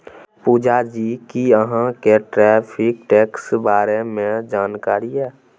पुजा जी कि अहाँ केँ टैरिफ टैक्सक बारे मे जानकारी यै?